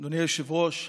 מדינת ישראל,